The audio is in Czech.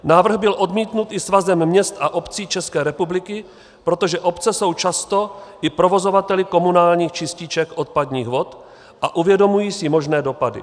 Návrh byl odmítnut i Svazem měst a obcí České republiky, protože obce jsou často i provozovateli komunálních čističek odpadních vod a uvědomují si možné dopady.